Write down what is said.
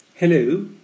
Hello